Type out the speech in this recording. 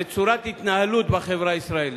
לצורת התנהלות בחברה הישראלית.